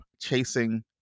chasing